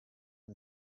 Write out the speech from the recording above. and